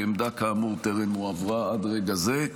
עמדה כאמור טרם הועברה עד לרגע זה.